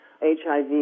HIV